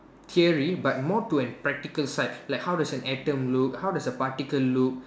theory but more to an practical side like how does an atom look how does a particle look